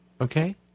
Okay